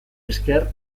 esker